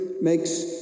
makes